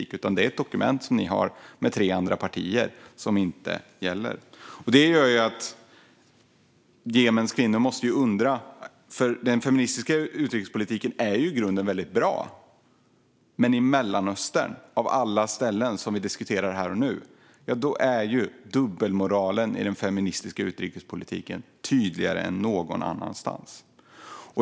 Det här är i stället ett dokument som ni har med tre andra partier som inte gäller. Det gör att Jemens kvinnor måste undra, för den feministiska utrikespolitiken är i grunden väldigt bra. Men i Mellanöstern, av alla ställen, som vi diskuterar här och nu är dubbelmoralen i den feministiska utrikespolitiken tydligare än någon annanstans.